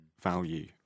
value